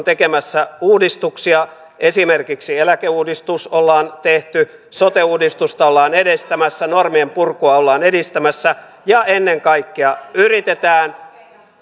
tekemässä uudistuksia esimerkiksi eläkeuudistus ollaan tehty sote uudistusta ollaan edistämässä normien purkua ollaan edistämässä ja ennen kaikkea yritetään